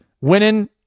winning